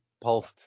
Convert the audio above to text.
pulsed